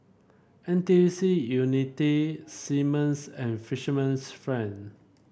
N T U C Unity Simmons and Fisherman's Friend